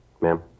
Ma'am